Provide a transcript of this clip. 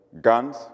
guns